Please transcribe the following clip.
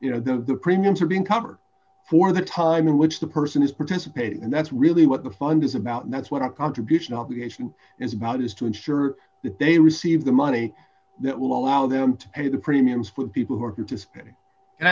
you know the premiums are being covered for the time in which the person is participating and that's really what the fund is about and that's what our contribution obligation is about is to ensure that they receive the money that will allow them to pay the premiums for people who are